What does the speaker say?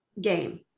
game